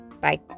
bye